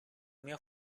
mio